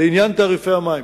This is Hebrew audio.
3 5. לעניין תעריפי המים,